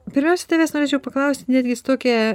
pirmiausia tavęs norėčiau paklausti netgi su tokia